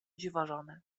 dziwożony